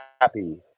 happy